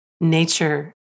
nature